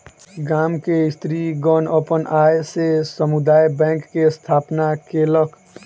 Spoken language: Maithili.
गाम के स्त्रीगण अपन आय से समुदाय बैंक के स्थापना केलक